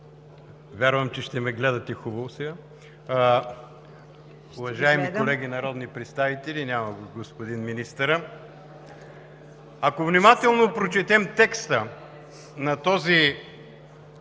вярвам, че ще ме гледате хубаво сега. Уважаеми колеги народни представители, няма го господин министъра. Ако внимателно прочетем новия